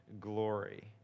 glory